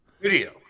video